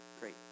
great